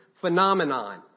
phenomenon